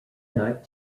night